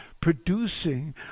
producing